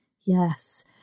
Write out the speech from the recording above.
Yes